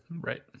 Right